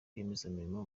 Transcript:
rwiyemezamirimo